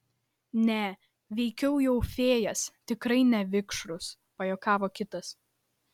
ne veikiau jau fėjas tikrai ne vikšrus pajuokavo kitas